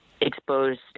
exposed